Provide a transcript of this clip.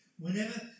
Whenever